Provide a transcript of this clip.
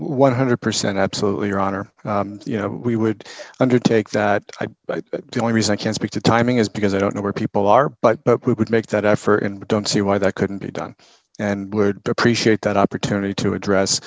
one hundred percent absolutely your honor you know we would undertake that the only reason i can speak to timing is because i don't know where people are but we would make that effort and we don't see why that couldn't be done and would appreciate that opportunity to address